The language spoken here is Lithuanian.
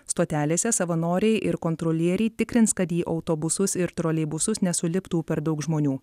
stotelėse savanoriai ir kontrolieriai tikrins kad į autobusus ir troleibusus nesuliptų per daug žmonių